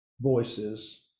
voices